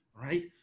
right